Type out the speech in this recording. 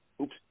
Oops